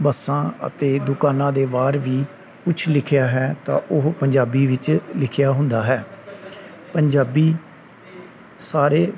ਬੱਸਾਂ ਅਤੇ ਦੁਕਾਨਾਂ ਦੇ ਬਾਹਰ ਵੀ ਕੁਝ ਲਿਖਿਆ ਹੈ ਤਾਂ ਉਹ ਪੰਜਾਬੀ ਵਿੱਚ ਲਿਖਿਆ ਹੁੰਦਾ ਹੈ ਪੰਜਾਬੀ ਸਾਰੇ